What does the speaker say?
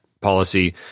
policy